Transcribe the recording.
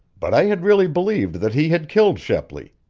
but i had really believed that he had killed shepley.